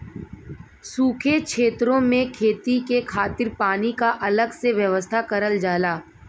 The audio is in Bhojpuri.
सूखे छेतरो में खेती के खातिर पानी क अलग से व्यवस्था करल जाला